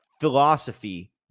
philosophy